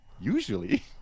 usually